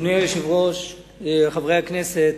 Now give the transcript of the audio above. אדוני היושב-ראש, חברי הכנסת,